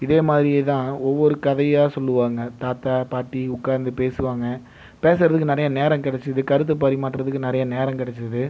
இதேமாதிரியே தான் ஒவ்வொரு கதையாக சொல்வாங்க தாத்தா பாட்டி உட்காந்து பேசுவாங்க பேசுறதுக்கு நிறைய நேரம் கெடைச்சிது கருத்து பரிமாறுறத்துக்கு நிறைய நேரம் கெடைச்சிது